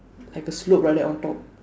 like a slope like that on top